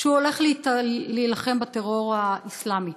שהוא הולך להילחם בטרור האסלאמי.